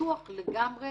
פתוח לגמרי